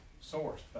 source